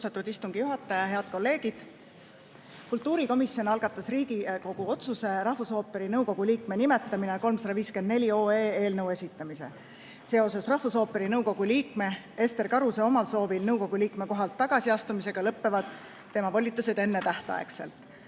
Kultuurikomisjon algatas Riigikogu otsuse "Rahvusooperi nõukogu liikme nimetamine" 354 eelnõu seoses rahvusooperi nõukogu liikme Ester Karuse omal soovil nõukogu liikme kohalt tagasiastumisega, mistõttu lõpevad tema volitused ennetähtaegselt.